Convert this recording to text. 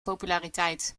populariteit